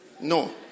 No